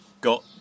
got